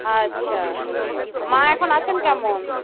আচ্ছা মা এখন আছেন কেমন